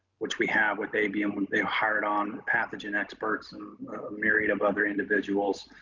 which we have with abm when they hired on the pathogen experts and a myriad of other individuals.